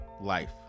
life